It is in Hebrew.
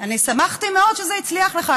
אני שמחתי מאוד שזה הצליח לך,